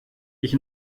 ich